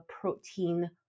protein